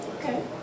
Okay